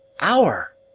Hour